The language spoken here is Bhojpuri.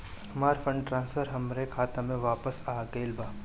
हमर फंड ट्रांसफर हमर खाता में वापस आ गईल बा